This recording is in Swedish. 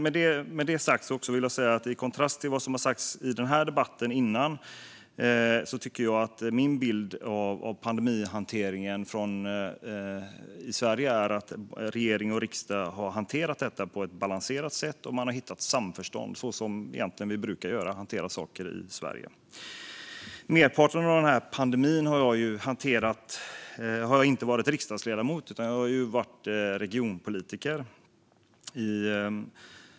Med det sagt, och i kontrast till vad som har sagts i den här debatten tidigare, är min bild av pandemihanteringen i stort i Sverige att regering och riksdag har hanterat detta på ett balanserat sätt och hittat samförstånd, egentligen på samma sätt som vi brukar hantera saker i Sverige. Under merparten av pandemin har jag inte varit riksdagsledamot, utan regionpolitiker.